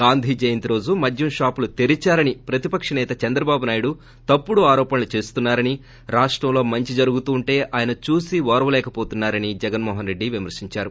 గాంధీ జయంతి రోజు మద్యం షాపులు తెరిచారని ప్రతిపక్ష సేత చంద్రబాబు తప్పుడు ఆరోపణలు చేస్తున్నారని రాష్టంలో మంచి జరుగుతుంటే ఆయన ఓర్యలేక పోతున్నా రని జగన్ విమర్పించారు